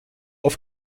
auf